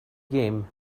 game